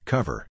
Cover